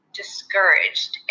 discouraged